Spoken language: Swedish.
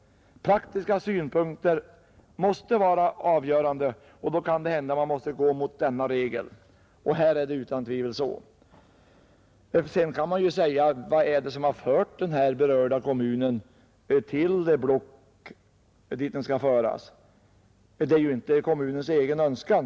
Praktiska synpunkter måste emellertid vara avgörande, och då kan det hända att man måste gå mot denna regel. Här kommer utan tvivel praktiska synpunkter in. Sedan kan man ju undra vad det är som har fört den berörda kommunen till det block den skall tillhöra. Det är inte kommunens egen önskan.